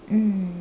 mm